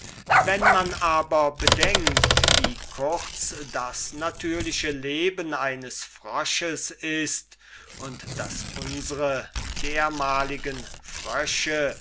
wenn man aber bedenkt wie kurz das natürliche leben eines frosches ist und daß unsre dermaligen frösche